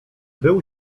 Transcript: był